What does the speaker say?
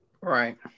Right